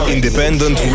Independent